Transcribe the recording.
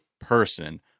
person